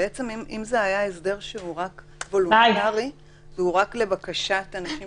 אם זה היה הסדר שהוא רק וולונטרי והוא רק לבקשת אנשים